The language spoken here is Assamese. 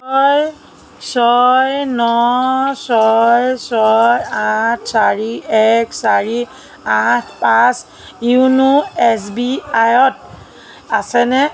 ছয় ছয় ন ছয় ছয় আঠ চাৰি এক চাৰি আঠ পাঁচ য়োন' এছ বি আইত আছেনে